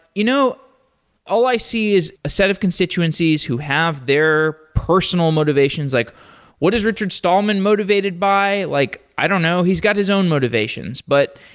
you know all i see is a set of constituencies who have their personal motivations, like what is richard stallman motivated by? like i don't know. he's got his own motivations. but,